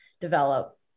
develop